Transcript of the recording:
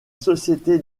société